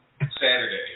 Saturday